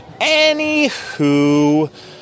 Anywho